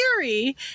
theory